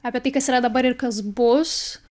apie tai kas yra dabar ir kas bus